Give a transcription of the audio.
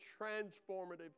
transformative